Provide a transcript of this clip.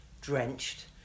drenched